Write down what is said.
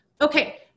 Okay